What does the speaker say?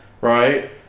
right